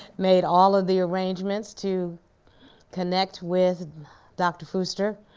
made all of the arrangements to connect with dr. fuster.